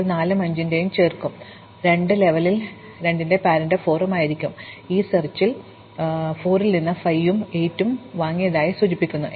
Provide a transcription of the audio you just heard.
ഇപ്പോൾ 4 ഉം 5 ഉം ഇന്റും ചേർക്കും ഇതുവരെ ഈ 2 ലെവൽ 2 ഉം രക്ഷകർത്താവ് 4 ഉം ആയിരിക്കും ഇത് എന്റെ പര്യവേക്ഷണത്തിൽ 4 ൽ നിന്ന് 5 ഉം 8 ഉം വാങ്ങിയതായി സൂചിപ്പിക്കുന്നു